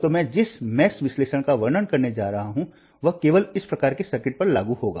तो मैं जिस जाल विश्लेषण का वर्णन करने जा रहा हूं वह केवल इस प्रकार के सर्किट पर लागू होगा